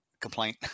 complaint